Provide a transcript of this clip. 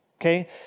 okay